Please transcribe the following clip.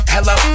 Hello